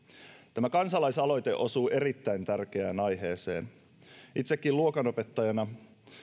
tämä kansalaisaloite osuu erittäin tärkeään aiheeseen itsekin luokanopettajana